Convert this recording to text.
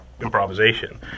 improvisation